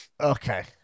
Okay